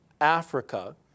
Africa